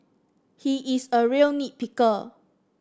he is a real nit picker